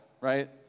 right